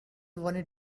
money